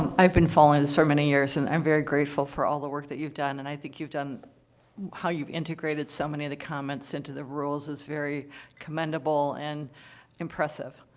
i've been following this for many years, and i'm very grateful for all the work that you've done. and i think you've done how you've integrated so many of the comments into the rules is very commendable and impressive.